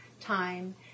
time